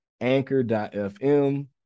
Anchor.fm